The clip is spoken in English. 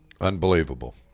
Unbelievable